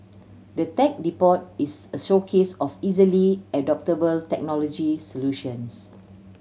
the Tech Depot is a showcase of easily adoptable technology solutions